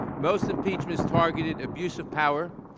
most impeachments targeted abuse of power,